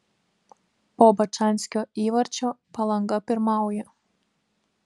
po bačanskio įvarčio palanga pirmauja